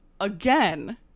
again